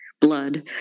blood